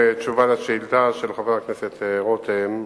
תשובה על השאילתא של חבר הכנסת רותם,